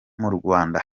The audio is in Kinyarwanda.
murwanda